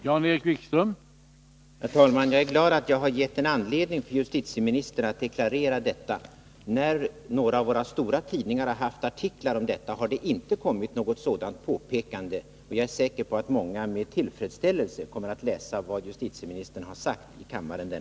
Herr talman! Jag är glad att jag har gett justitieministern anledning att deklarera detta. När några av våra stora tidningar har haft artiklar om detta har det inte kommit något sådant påpekande. Jag är säker på att många med tillfredsställelse kommer att läsa vad justitieministern har sagt i kammaren